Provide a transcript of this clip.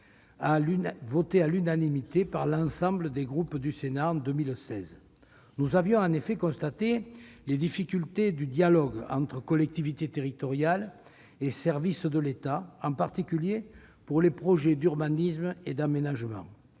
adoptée à l'unanimité par l'ensemble des groupes du Sénat en 2016. Nous avions, en effet, constaté les difficultés du dialogue entre collectivités territoriales et services de l'État, en particulier pour les projets d'urbanisme et d'aménagement.